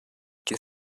can